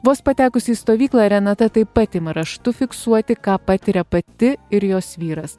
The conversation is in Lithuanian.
vos patekus į stovyklą renata taip pat ima raštu fiksuoti ką patiria pati ir jos vyras